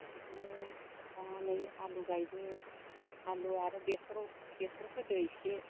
इदिनो दा नै आलु गायदो आलु आरो बेसर बेसर फोदो एसे